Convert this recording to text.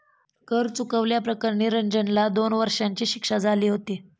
कर चुकवल्या प्रकरणी रंजनला दोन वर्षांची शिक्षा झाली होती